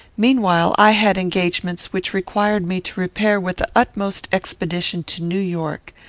meanwhile, i had engagements which required me to repair with the utmost expedition to new york.